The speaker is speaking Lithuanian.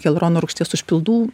hialurono rūgšties užpildų